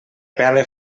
pele